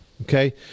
Okay